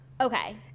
Okay